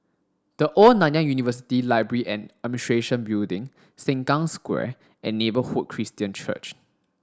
the Old Nanyang University Library and Administration Building Sengkang Square and Neighbourhood Christian Church